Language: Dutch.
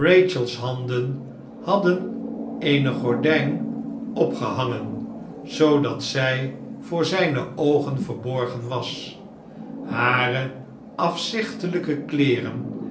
handen hadden eene gordijn opgehangen zoodat zij voor zijne oogen verborgen was hare afzichtelijke kleeren